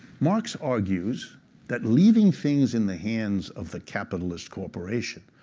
marx argues that leaving things in the hands of the capitalist corporation,